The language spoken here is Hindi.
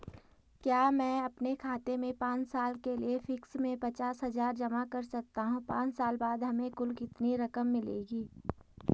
क्या मैं अपने खाते में पांच साल के लिए फिक्स में पचास हज़ार जमा कर सकता हूँ पांच साल बाद हमें कुल कितनी रकम मिलेगी?